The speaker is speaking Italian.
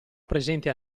presente